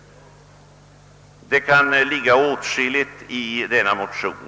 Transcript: Det kan ligga åtskilligt i detta.